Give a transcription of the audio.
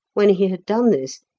when he had done this,